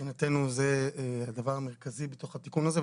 מבחינתנו זה הדבר המרכזי בתוך התיקון הזה,